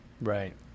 right